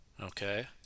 Okay